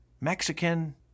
Mexican